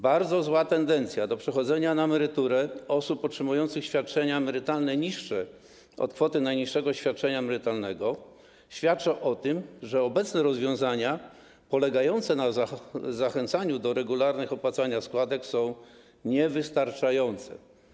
Bardzo zła tendencja do przechodzenia na emeryturę osób otrzymujących świadczenia emerytalne niższe od kwoty najniższego świadczenia emerytalnego świadczy o tym, że obecne rozwiązania polegające na zachęcaniu do regularnego opłacania składek są niewystarczające.